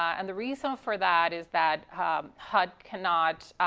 and the reason for that is that hud cannot